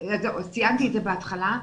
ציינתי את זה בהתחלה.